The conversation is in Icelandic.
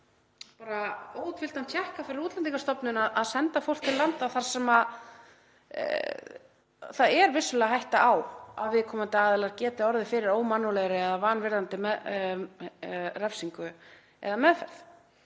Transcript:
því óútfylltan tékka fyrir Útlendingastofnun til að senda fólk til landa þar sem það er vissulega hætta á að viðkomandi aðilar geti orðið fyrir ómannúðlegri eða vanvirðandi refsingu eða meðferð.